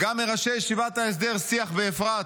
וגם מראשי ישיבת ההסדר שיח באפרת,